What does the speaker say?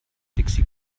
dixi